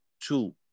two